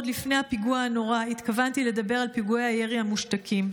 עוד לפני הפיגוע הנורא התכוונתי לדבר על פיגועי הירי המושתקים.